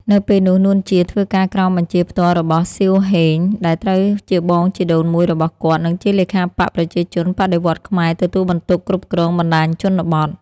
នៅពេលនោះ នួន ជា ធ្វើការក្រោមបញ្ជាផ្ទាល់របស់ សៀវ ហេង ដែលត្រូវជាបងជីដូនមួយរបស់គាត់ និងជាលេខាបក្សប្រជាជនបដិវត្តន៍ខ្មែរ ទទួលបន្ទុកគ្រប់គ្រងបណ្តាញជនបទ។